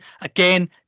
again